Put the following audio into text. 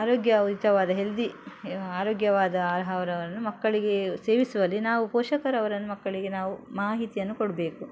ಆರೋಗ್ಯಯುತವಾದ healthy ಆರೋಗ್ಯವಾದ ಆಹಾರವನ್ನು ಮಕ್ಕಳಿಗೆ ಸೇವಿಸುವಲ್ಲಿ ನಾವು ಪೋಷಕರವರನ್ನು ಮಕ್ಕಳಿಗೆ ನಾವು ಮಾಹಿತಿಯನ್ನು ಕೊಡಬೇಕು